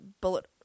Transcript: Bullet